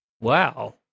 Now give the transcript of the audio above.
Wow